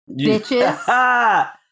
Bitches